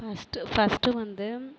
first first வந்து